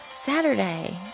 Saturday